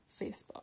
Facebook